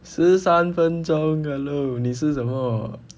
十三分钟 hello 你是什么